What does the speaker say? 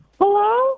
Hello